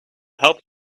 help